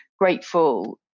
grateful